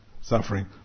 suffering